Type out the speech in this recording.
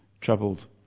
troubled